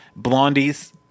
blondies